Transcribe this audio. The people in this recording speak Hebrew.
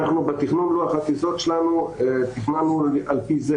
תכננו את לוח הטיסות שלנו על פי זה.